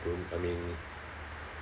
don't I mean